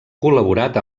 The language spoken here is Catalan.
col·laborat